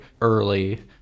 early